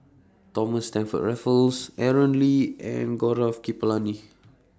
Thomas Stamford Raffles Aaron Lee and Gaurav Kripalani